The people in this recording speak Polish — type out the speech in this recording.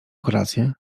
kolację